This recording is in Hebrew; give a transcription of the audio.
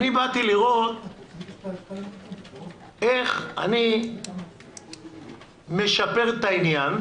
אני באתי לראות איך אני משפר את העניין,